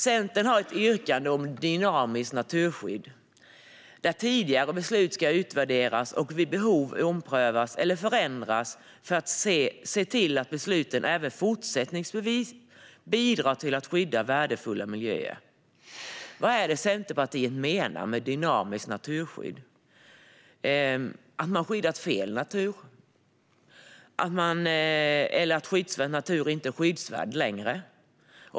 Centerpartiet har ett yrkande om dynamiskt naturskydd som innebär att tidigare beslut ska utvärderas och vid behov omprövas eller förändras för att se till att besluten även fortsättningsvis bidrar till att skydda värdefulla miljöer. Vad menar Centerpartiet med dynamiskt naturskydd? Har man skyddat fel natur? Är skyddsvärd natur inte längre skyddsvärd?